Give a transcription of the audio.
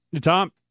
Tom